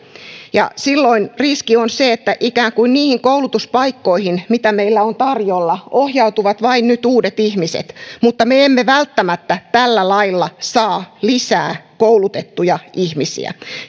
silloin riski on se että niihin koulutuspaikkoihin mitä meillä on tarjolla ikään kuin ohjautuvat nyt vain uudet ihmiset mutta me emme välttämättä tällä lailla saa lisää koulutettuja ihmisiä